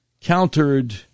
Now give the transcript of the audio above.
countered